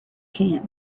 can